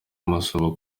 amusaba